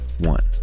One